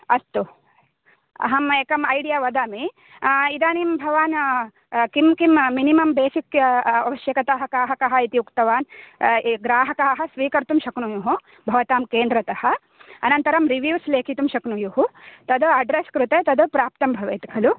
अस्तु अहम् एकम् ऐडिया वदामि इदानीं भवान् किं किं मिनिमम् बेसिक् आवश्यकताः काः काः इति उक्तवान् ये ग्राहकाः स्वीकर्तुं शक्नुयुः भवतां केन्द्रतः अनन्तरं रिवीव्स् लेखितुं शक्नुयुः तद् अड्रेस् कृते तद् प्राप्तं भवेत् खलु